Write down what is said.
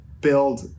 build